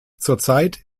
zurzeit